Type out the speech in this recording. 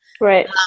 Right